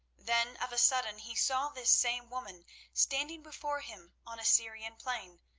then of a sudden he saw this same woman standing before him on a syrian plain,